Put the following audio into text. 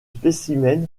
spécimen